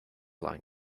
line